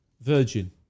Virgin